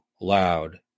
loud